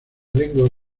lenguas